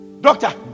Doctor